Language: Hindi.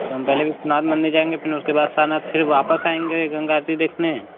तो हम पहले विश्वनाथ मंदिर जाएँगे फिर न उसके बाद सारनाथ फिर वापस आएँगे गंगा आरती देखने